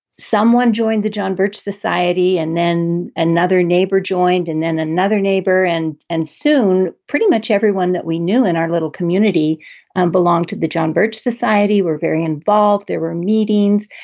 someone joined the john birch society and then another neighbor joined and then another neighbor. and and soon pretty much everyone that we knew in our little community belonged to the john birch society were very involved. there were meetings.